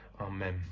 Amen